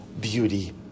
beauty